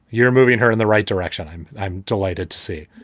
you're moving her in the right direction. i'm i'm delighted to see.